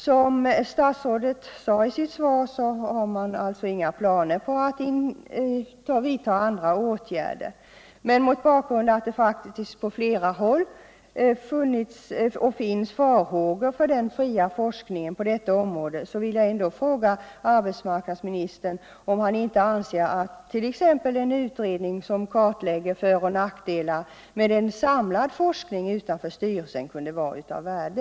Som statsrådet sade i sitt svar har man inga planer på att vidta åtgärder, men mot bakgrund av att det faktiskt på flera håll har funnits och finns farhågor för den fria forskningen på detta område, vill jag ändå fråga arbetsmarknadsministern om han inte anser att t.ex. en utredning som kartlägger föroch nackdelar med en samlad forskning utanför arbetarskyddsstyrelsen kunde vara av värde.